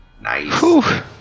Nice